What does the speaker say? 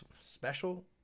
special